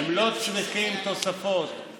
הם לא צריכים תוספות,